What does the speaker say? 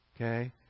Okay